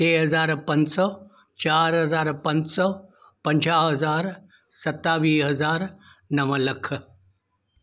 टे हज़ार पंज सौ चारि हज़ार पंज सौ पंजाहु हज़ार सतावीह हज़ार नव लख